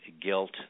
guilt